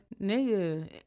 Nigga